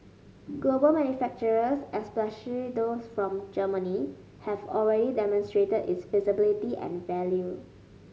global manufacturers especially those from Germany have already demonstrated its feasibility and value